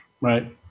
Right